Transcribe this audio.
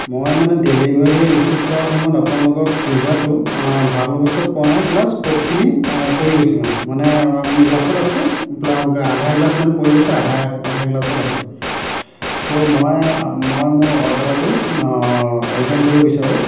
মই মানে delivery receive কৰাৰ সময়ত আপোনালোকৰ পিজ্জাটো ভাল অৱস্থাত পোৱা নাই প্লাছ ক'কখিনি পৰি গৈছে মানে মানে গ্লাছত আছে আধা গ্লাছ মানে পৰি গৈছে আধা আধা গ্লাছত আছে চ' মই মই মোৰ অৰ্ডাৰটো ৰিটাৰ্ণ কৰিব বিচাৰোঁ